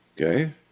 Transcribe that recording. Okay